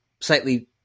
slightly